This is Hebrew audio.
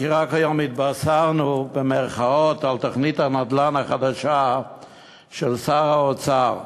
כי רק היום "התבשרנו" על תוכנית הנדל"ן החדשה של שר האוצר,